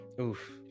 Oof